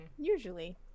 usually